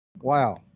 Wow